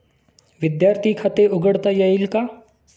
विद्यार्थी खाते उघडता येईल का?